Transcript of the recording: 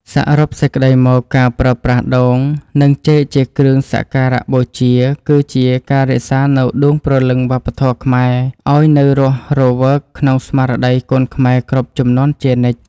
សរុបសេចក្តីមក ការប្រើប្រាស់ដូង និងចេកជាគ្រឿងសក្ការបូជា គឺជាការរក្សានូវដួងព្រលឹងវប្បធម៌ខ្មែរឱ្យនៅរស់រវើកក្នុងស្មារតីកូនខ្មែរគ្រប់ជំនាន់ជានិច្ច។